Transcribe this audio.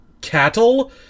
cattle